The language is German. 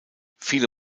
viele